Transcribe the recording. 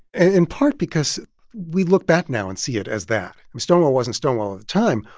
in part because we look back now and see it as that. stonewall wasn't stonewall at the time,